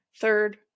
Third